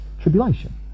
tribulation